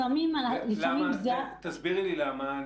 לפעמים --- הסבירי לי למה,